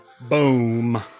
Boom